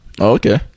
okay